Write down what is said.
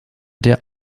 der